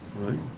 Right